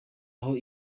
aho